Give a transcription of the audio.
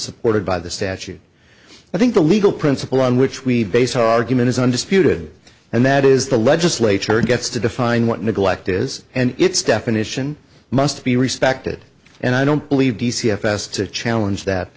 supported by the statute i think the legal principle on which we based our argument is undisputed and that is the legislature gets to define what neglect is and its definition must be respected and i don't believe the c f s to challenge that